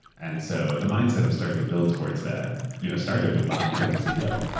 and so the mindset of starting to build towards that you know started with bob becoming ceo.